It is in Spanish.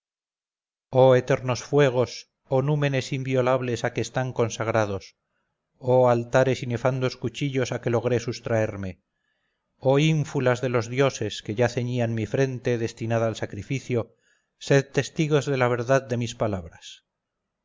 oh eternos fuegos y oh númenes inviolables a que están consagrados oh altares y nefandos cuchillos a que logré sustraerme oh ínfulas de los dioses que ya ceñían mi frente destinada al sacrificio sed testigos de la verdad de mis palabras